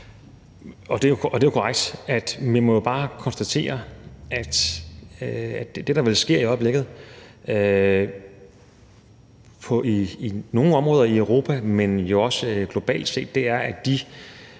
Det er jo korrekt. Vi må bare konstatere, at det, der vel i øjeblikket sker på nogle områder i Europa, men jo også globalt, er, at de